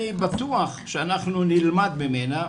אני בטוח שאנחנו נלמד ממנה.